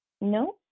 No